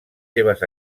seves